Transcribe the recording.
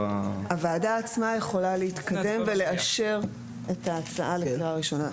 הוועדה עצמה יכולה להתקדם ולאשר את ההצעה לקריאה ראשונה.